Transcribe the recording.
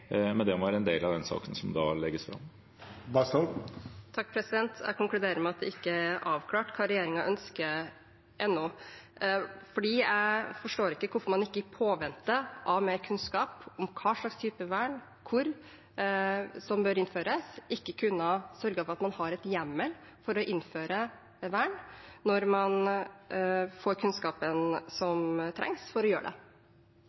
men det må være en del av den saken som da legges fram. Jeg konkluderer med at det ikke er avklart hva regjeringen ønsker ennå, for jeg forstår ikke hvorfor man ikke i påvente av mer kunnskap om hva slags type vern som bør innføres, og hvor, ikke kunne ha sørget for at man har hjemmel for å innføre vern når man får kunnskapen som trengs for å gjøre det.